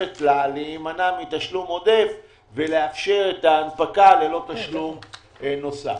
מאפשרת להימנע מתשלום עודף ולאפשר את ההנפקה ללא תשלום נוסף.